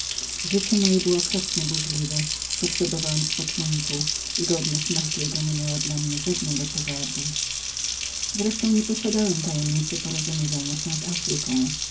życie moje było okropnie burzliwem potrzebowałem spoczynku i godność mahaddego niemiała dla mnie żadnego powabu z resztą nie posiadałem tajemnicy porozumień z afryką